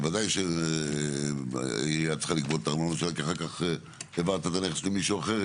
וודאי שהעירייה צריכה לגבות ארנונה כי אחר כך העברת למישהו אחר,